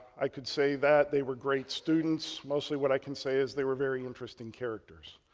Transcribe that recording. i could say that they were great students. mostly what i can say is they were very interesting characters.